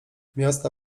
miasta